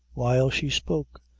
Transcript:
while she spoke,